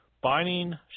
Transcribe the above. binding